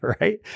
right